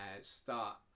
start